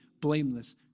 blameless